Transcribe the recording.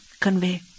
convey